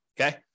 Okay